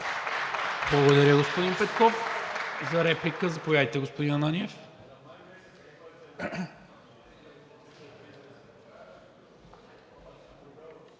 Благодаря, господин Петков. За реплика – заповядайте, господин Ананиев.